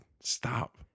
stop